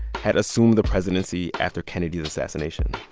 had assumed the presidency after kennedy's assassination.